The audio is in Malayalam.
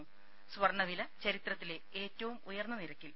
ത സ്വർണ്ണവില ചരിത്രത്തിലെ ഏറ്റവും ഉയർന്ന നിരക്കിൽ